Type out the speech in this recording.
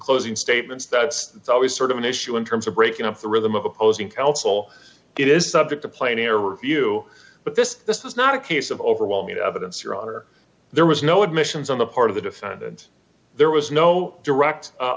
closing statements that it's always sort of an issue in terms of breaking up the rhythm of opposing counsel it is subject to plain error review but this this is not a case of overwhelming evidence your honor there was no admissions on the part of the defendant there was no direct